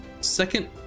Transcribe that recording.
second